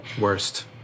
Worst